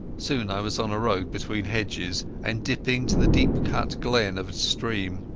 soon i was on a road between hedges, and dipping to the deep-cut glen of a stream.